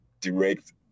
direct